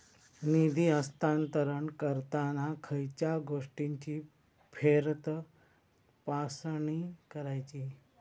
निधी हस्तांतरण करताना खयच्या गोष्टींची फेरतपासणी करायची?